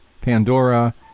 Pandora